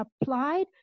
applied